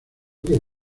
que